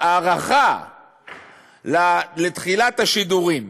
הארכה לתחילת השידורים.